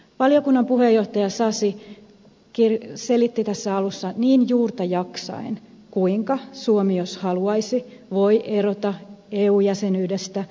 valiokunnan puheenjohtaja sasi selitti tässä alussa juurta jaksaen kuinka suomi jos haluaisi voisi erota eu jäsenyydestä